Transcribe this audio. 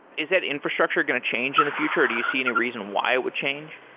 is that infrastructure going to change in the future or do you see any reason why it would change?